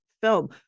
film